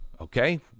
Okay